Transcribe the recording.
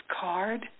card